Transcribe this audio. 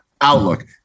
Outlook